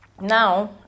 now